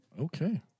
Okay